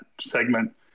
segment